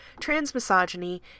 transmisogyny